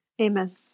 Amen